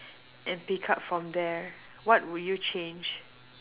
and pick up from there what will you change